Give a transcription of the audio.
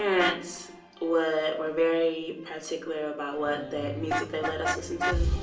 parents were were very particular about what, that music they let us listen to.